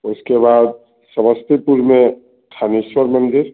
उसके बाद समस्तीपुर में थानेश्वर मंदिर